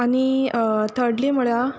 आनी थर्डली म्हणल्यार